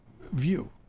view